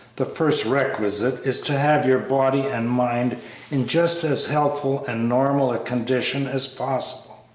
the first requisite is to have your body and mind in just as healthful and normal a condition as possible,